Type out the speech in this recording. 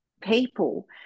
people